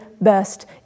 best